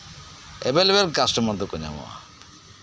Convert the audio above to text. ᱮᱵᱮᱞ ᱮᱵᱮᱞ ᱠᱟᱥᱴᱚᱢᱟᱨ ᱫᱚᱠᱚ ᱧᱟᱢᱚᱜᱼᱟ